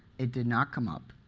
it did not come up.